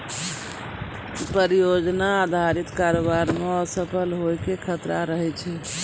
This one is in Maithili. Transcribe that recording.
परियोजना अधारित कारोबार मे असफल होय के खतरा रहै छै